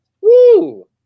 Woo